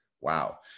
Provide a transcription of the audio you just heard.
wow